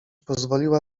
pozwoliła